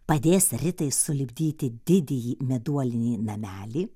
padės ritai sulipdyti didįjį meduolinį namelį